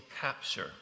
capture